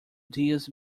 diaz